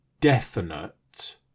definite